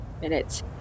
minutes